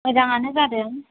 मोजाङानो जादों